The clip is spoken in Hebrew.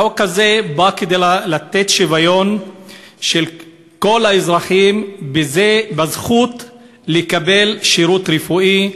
החוק הזה בא לתת שוויון לכל האזרחים בזכות לקבל שירות רפואי,